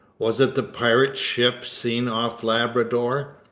was it the pirate ship seen off labrador?